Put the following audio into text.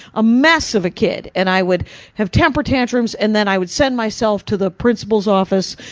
a mess of a kid. and i would have temper tantrums, and then i would send myself to the principal's office,